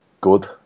good